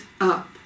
up